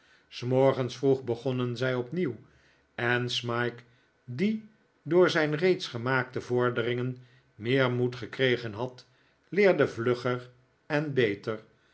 s morgens vroeg begonnen zij opnieuw en smike die door zijn reeds gemaakte vorderingen meer moed gekregen had leerde vlugger en beter